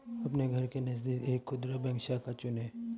अपने घर के नजदीक एक खुदरा बैंक शाखा चुनें